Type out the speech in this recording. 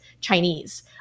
chinese